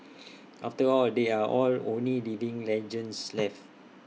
after all they are only living legends left